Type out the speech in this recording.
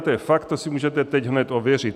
To je fakt, to si můžete teď hned ověřit.